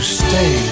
stay